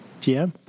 GM